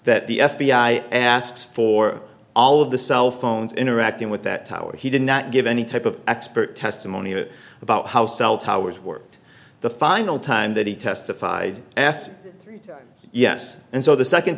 that the f b i asked for all of the cell phones interacting with that tower he did not give any type of expert testimony about how cell towers worked the final time that he testified after yes and so the second